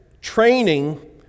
training